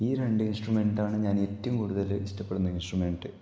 ഈ രണ്ട് ഇന്സ്ട്രമെന്റ്റ്റാണ് ഞാന് ഏറ്റവും കൂടുതല് ഇഷ്ടപ്പെടുന്ന ഇന്സ്ട്രമെന്റ്